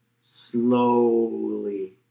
slowly